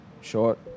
short